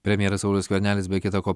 premjeras saulius skvernelis be kita ko